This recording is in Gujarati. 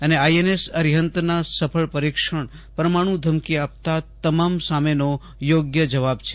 અને આઈએનએસ અરિહંતનાસફળ પરીક્ષણ પરમાણુ ધમકી આપતા તમામ સામેનો યોગ્ય જવાબ છે